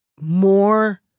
more